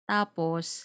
Tapos